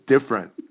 different